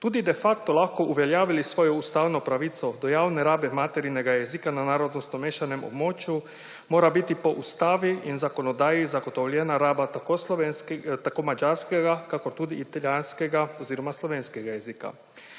tudi de facto lahko uveljavili svojo ustavno pravico do javne rabe materinega jezika na narodnostno mešanem območju, mora biti po ustavi in zakonodajni zagotovljena raba tako madžarskega kakor tudi italijanskega oziroma slovenskega jezika.